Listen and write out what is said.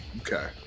Okay